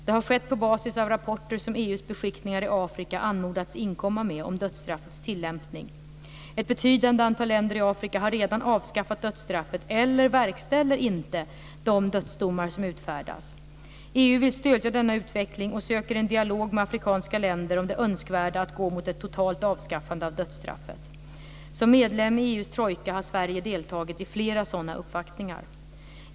Det har skett på basis av rapporter som EU:s beskickningar i Afrika anmodats inkomma med om dödsstraffets tillämpning. Ett betydande antal länder i Afrika har redan avskaffat dödsstraffet eller verkställer inte de dödsdomar som utfärdas. EU vill stödja denna utveckling och söker en dialog med afrikanska länder om det önskvärda att gå mot ett totalt avskaffande av dödsstraffet. Som medlem i EU:s trojka har Sverige deltagit i flera sådana uppvaktningar.